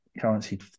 currency